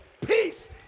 peace